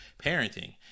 parenting